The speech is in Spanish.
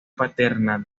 paterna